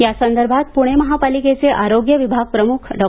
या संदर्भात पुणे महापालिकेचे आरोग्य विभाग प्रमुख डॉ